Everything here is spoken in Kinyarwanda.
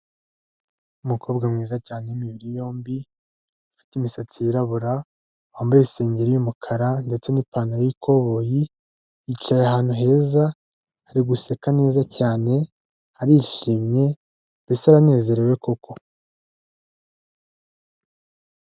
Umukobwa mwiza cyane imibiri yombi, ufite imisatsi yirabura, wambaye isengeri y'umukara, ndetse n'ipantaro y'ikoboyi, yicaye ahantu heza ari guseka neza cyane, arishimye, mbese aranezerewe koko.